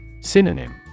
Synonym